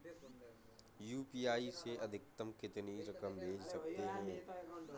UPI से अधिकतम कितनी रकम भेज सकते हैं?